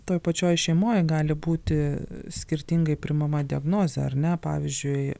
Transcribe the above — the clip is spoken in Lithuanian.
toj pačioj šeimoj gali būti skirtingai priimama diagnozė ar ne pavyzdžiui